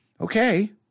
okay